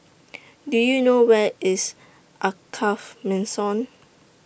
Do YOU know Where IS Alkaff Mansion